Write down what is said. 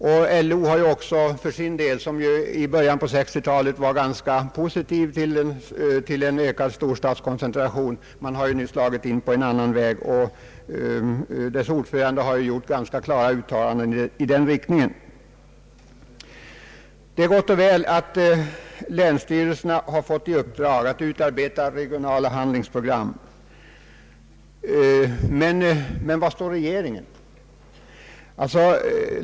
LO har för sin del också, trots att man i början av 1960 talet var ganska positiv till en ökad storstadskoncentration, nu slagit in på en annan väg, och LO:s ordförande har gjort ganska klara uttalanden för en aktiv regionalpolitik. Det är gott och väl att länsstyrelserna har fått i uppdrag att utarbeta regionala handlingsprogram. Men var står regeringen?